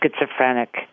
schizophrenic